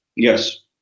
Yes